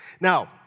Now